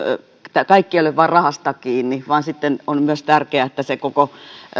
tämä kaikki ei ole vain rahasta kiinni vaan on myös tärkeää että se koko